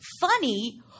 funny